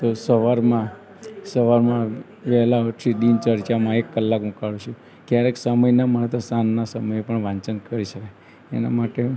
તો સવારમાં સવારમાં વહેલા ઊઠી દિનચર્ચામાં એક કલાક હુ કાઢું છું ક્યારેક સમય ન મળે તો સાંજના સમયે પણ વાંચન કરી શકાય એના માટે